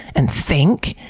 and think,